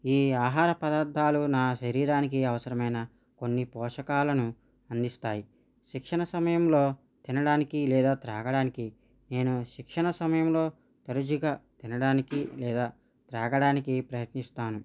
ఈ ఆహార పదార్ధాలు నా శరీరానికి అవసరమైన కొన్ని పోషకాలను అందిస్తాయి శిక్షణ సమయంలో తినడానికి లేదా త్రాగడానికి నేను శిక్షణ సమయంలో రుచిగా తినడానికి లేదా త్రాగడానికి ప్రయత్నిస్తాను